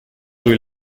rue